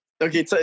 Okay